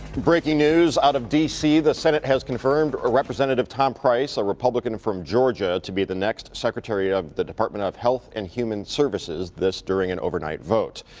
breaking news out of d c, the senate has confirmed ah representative tom price, a republican from georgia, to be the next secretary of the department of health and human services, this during an overnight vote.